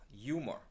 humor